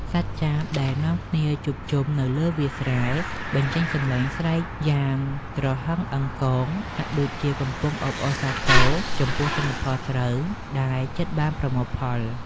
សត្វចាបដែលនាំគ្នាជួបជុំនៅលើវាលស្រែ បញ្ចេញសំឡេងស្រែកយ៉ាងត្រហឹងអឹងកង ហាក់ដូចជាកំពុងអបអរសាទរចំពោះទិន្នផលស្រូវដែលជិតបានប្រមូលផល។